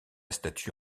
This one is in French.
statue